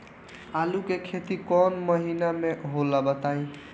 आलू के खेती कौन महीना में होला बताई?